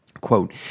Quote